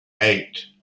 eight